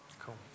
Cool